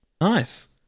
Nice